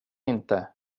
inte